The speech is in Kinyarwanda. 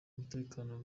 umutekano